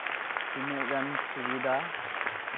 ᱛᱤᱱᱟᱹᱜ ᱜᱟᱱ ᱥᱩᱵᱤᱫᱷᱟ